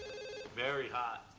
very hot.